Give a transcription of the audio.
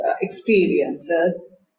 experiences